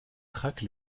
traque